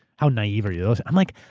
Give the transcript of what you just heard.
how naive are you? i'm like,